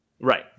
Right